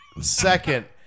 Second